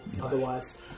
otherwise